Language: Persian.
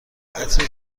عطر